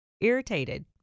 irritated